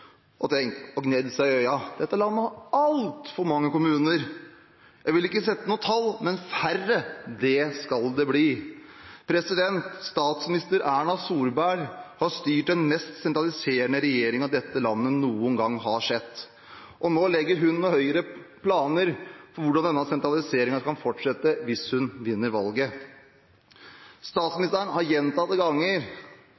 Dette landet har altfor mange kommuner – jeg vil ikke sette noe tall, men færre skal det bli. Statsminister Erna Solberg har styrt den mest sentraliserende regjeringen dette landet noen gang har sett. Og nå legger hun og Høyre planer for hvordan denne sentraliseringen kan fortsette, hvis hun vinner